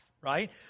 right